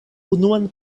unuan